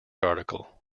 article